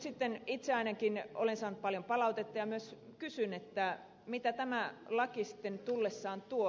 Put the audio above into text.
nyt itse ainakin olen saanut paljon palautetta ja myös kysyn mitä tämä laki sitten tullessaan tuo